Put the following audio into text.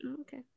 Okay